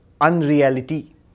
unreality